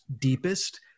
deepest